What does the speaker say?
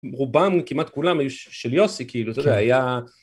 רובם, כמעט כולם, היו של יוסי, כאילו, אתה יודע, היה...